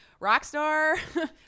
rockstar